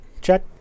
check